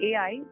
AI